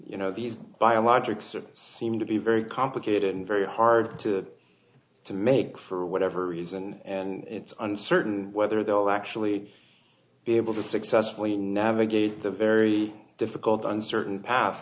you know the biologics or seem to be very complicated and very hard to to make for whatever reason and it's uncertain whether they'll actually be able to successfully navigate the very difficult uncertain path